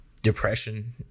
depression